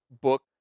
book